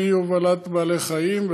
מהובלת בעלי-חיים,